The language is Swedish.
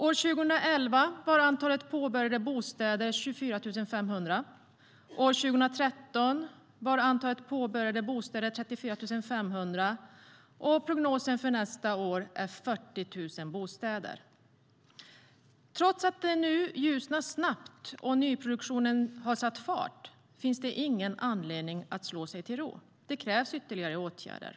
År 2011 var antalet påbörjade bostäder 24 500. År 2013 var antalet påbörjade bostäder 34 500. Prognosen för nästa år är 40 000 bostäder. Trots att det nu ljusnar snabbt och nyproduktionen har satt fart finns det ingen anledning att slå sig till ro. Det krävs ytterligare åtgärder.